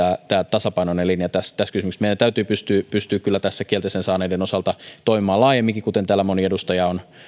tasapainoinen linja tässä kysymyksessä meidän täytyy pystyä kyllä tässä kielteisen päätöksen saaneiden osalta toimimaan laajemminkin kuten täällä moni edustaja on